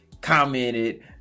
commented